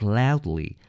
loudly